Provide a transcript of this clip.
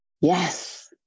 Yes